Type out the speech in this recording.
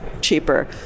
cheaper